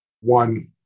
one